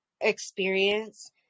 experience